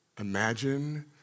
Imagine